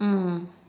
mm